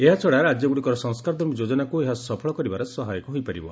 ଏହାଛଡ଼ା ରାଜ୍ୟଗୁଡ଼ିକର ସଂସ୍କାରଧର୍ମୀ ଯୋଜନାକୁ ଏହା ସଫଳ କରିବାରେ ସହାୟକ ହୋଇପାରିବ